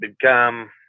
become